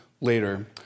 later